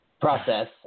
process